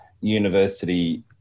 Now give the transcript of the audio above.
university